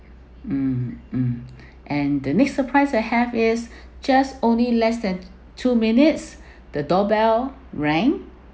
mm mm and the next surprise I have is just only less than two minutes the doorbell rang